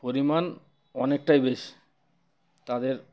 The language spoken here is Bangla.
পরিমাণ অনেকটাই বেশি তাদের